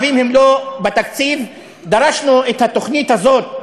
בתקציב דרשנו את התוכנית הזאת,